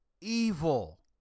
Evil